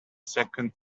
second